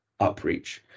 upreach